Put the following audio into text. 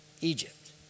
Egypt